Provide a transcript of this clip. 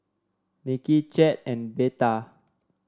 Nicki Chet and Betha